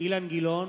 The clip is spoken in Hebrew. אילן גילאון,